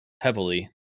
heavily